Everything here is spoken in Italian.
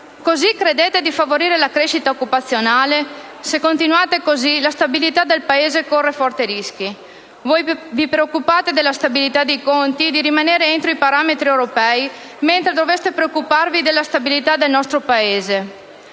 Così credete di favorire la crescita occupazionale? Se continuate così la stabilità del Paese corre forti rischi. Voi vi preoccupate della stabilità dei conti, di rimanere entro i parametri europei, mentre dovreste preoccuparvi della stabilità del nostro Paese.